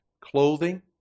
clothing